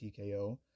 tko